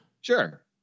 Sure